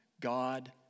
God